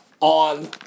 on